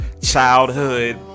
Childhood